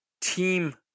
team